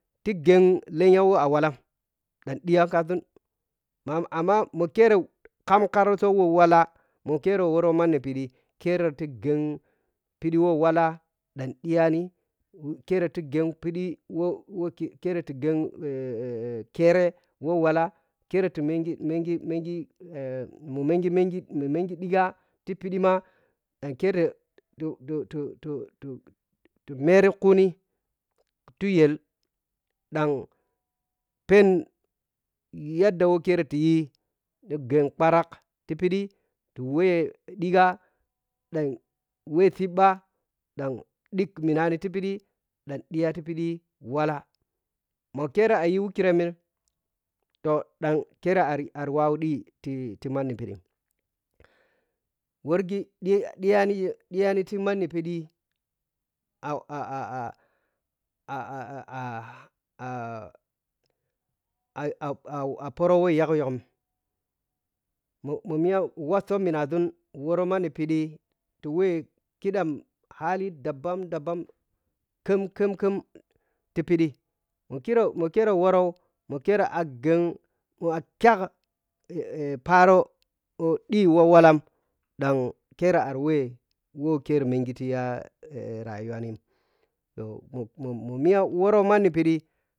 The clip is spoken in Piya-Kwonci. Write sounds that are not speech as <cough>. Ti gheng lenya wo a wallah ɗan ɗhiyan ka sun ma ammami kere kamka rutso wo walla mo kere wɔrɔ manni phiɗi kereti gheng phiɗi wɛ walla ɗhiyni ke tigheng phiɗi wo-wo kere tigheng <hesitation> khere wo walla kere timengi mengi ghengi <hesitation> mo mengmengi memmengi ɗhiga ti phiɗima ɗan kere tontoh toh ti mkereri kuni tuyel ɗan phenyadda wo kere ta tiyi ti ghiyeng ɓharak ti phiɗi ti wɛ ɗhiga ɗan wɛ shipɓa ɗan dhig minnani ti phiɗi ɗan dhiyati phiɗi wala mo kera ayum wɛkireti ton ɗan kera ar ar wawu ɗhiɗi titi manni phiɗi worghi ɗhi dhiyani timan ni phiɗi <hesitation> a pharo wi yhukhyuk mo-me miya wushɔ minaȝun worm anni phiɗi ti wɛ kiɗam hali da bamda bam khimkhimkhim ti phiɗi me kire mɔkire wɔrn mu kire a gheng khang <hesitation> pharo or ɗhi walla ɗan kir ear wɛ wo kere mengi tiya <hesitation> tiy rayuwani mo-mo-mo miya wɔrɔ manni ɓhidi.